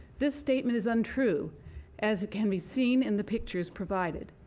this statement is untrue as can be seen in the pictures provided.